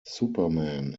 superman